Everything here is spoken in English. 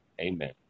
amen